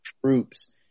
troops